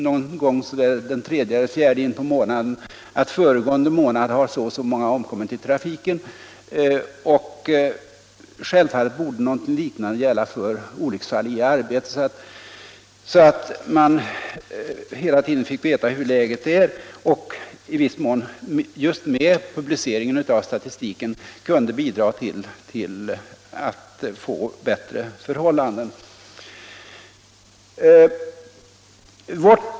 Varje månad omkring den 3 eller 4 får man en rapport i massmedia om hur många som föregående månad har omkommit i trafiken. Självfallet borde något liknande gälla för olycksfall i arbete, så att man hela tiden fick veta hur läget är och, i viss mån, just med publiceringen av statistiken kunde bidra till att få bättre förhållanden.